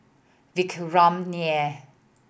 Vikram Nair